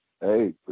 Hey